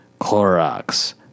Clorox